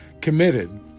committed